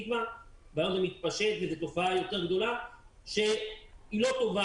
והיום זה מתפשט וזאת תופעה יותר גדולה שהיא לא טובה.